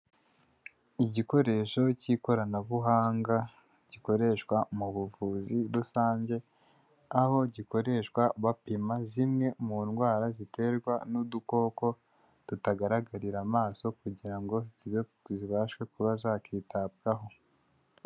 Igikoresho k'ikoranabuhanga gikoreshwa mu buvuzi rusange, aho gikoreshwa bapima zimwe mu ndwara ziterwa n'udukoko tutagaragarira amaso, kugira ngo zibashe kuba zakitabwaho.